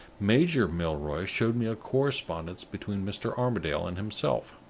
major milroy showed me a correspondence between mr. armadale and himself.